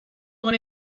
con